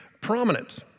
prominent